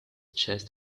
chest